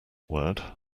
word